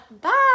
bye